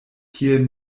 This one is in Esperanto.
tiel